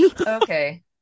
Okay